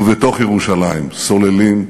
ובתוך ירושלים סוללים,